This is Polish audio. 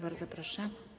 Bardzo proszę.